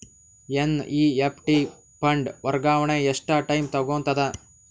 NEFT fund ವರ್ಗಾವಣೆ ಎಷ್ಟ time ತೋಗೊತದ?